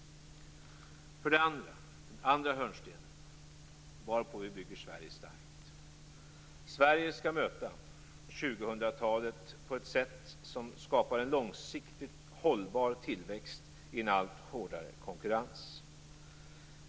För det andra: Sverige skall möta 2000-talet på ett sätt som skapar en långsiktigt hållbar tillväxt i en allt hårdare konkurrens.